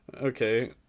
Okay